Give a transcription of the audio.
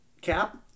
Cap